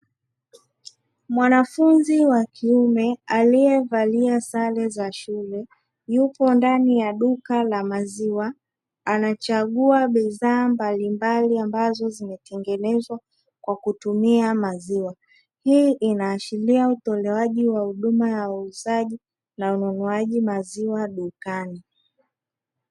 Mwanafunzi wa kiume aliyevalia sare za shule, yupo ndani ya duka la maziwa anachagua bidhaa mbalimbali ambazo zimetengenezwa kwa kutumia maziwa. Hii inaashiria utolewaji wa huduma wa uuzaji na ununuaji maziwa dukani.